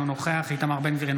אינו נוכח איתמר בן גביר,